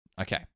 Okay